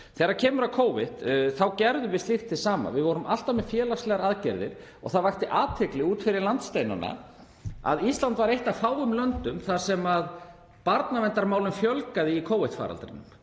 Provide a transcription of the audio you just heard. Þegar kemur að Covid gerðum við slíkt hið sama. Við vorum alltaf með félagslegar aðgerðir. Það vakti athygli út fyrir landsteinana að Ísland var eitt af fáum löndum þar sem barnaverndarmálum fjölgaði í Covid-faraldrinum.